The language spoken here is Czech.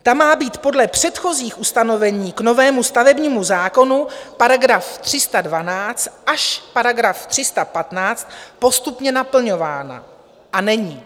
Ta má být podle předchozích ustanovení k novému stavebnímu zákonu § 312 až § 315 postupně naplňována, a není.